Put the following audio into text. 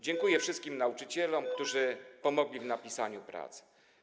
Dziękuję wszystkim nauczycielom, którzy pomogli w napisaniu prac.